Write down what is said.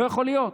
לא יכול להיות.